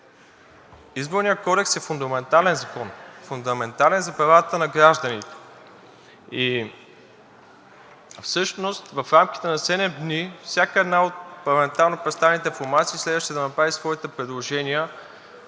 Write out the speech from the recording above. Изборният кодекс е фундаментален закон, фундаментален за правата на гражданите и всъщност в рамките на 7 дни всяка една от парламентарно представените формации следваше да направи своите предложения